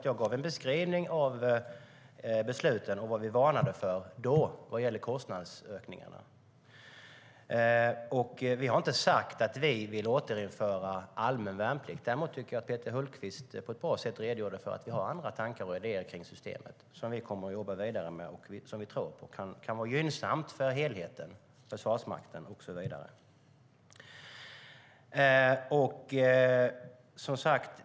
Jag gav en beskrivning av besluten och vad vi varnade för då vad gällde kostnadsökningarna, och vi har inte sagt att vi vill återinföra allmän värnplikt. Däremot redogjorde Peter Hultqvist på ett bra sätt för andra tankar och idéer som vi har kring systemet, som vi kommer att jobba vidare med och som vi tror kan vara gynnsamma för helheten för Försvarsmakten.